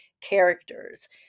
characters